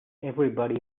everybody